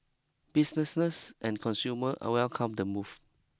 businesses and consumer are welcomed the move